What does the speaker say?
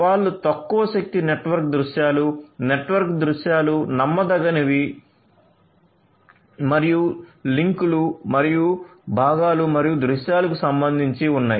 సవాళ్లు తక్కువ శక్తి నెట్వర్క్ దృశ్యాలు నెట్వర్క్ దృశ్యాలు నమ్మదగనివి మరియు లింక్లు మరియు భాగాలు మరియు దృశ్యాలకు సంబంధించి ఉన్నాయి